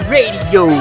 Radio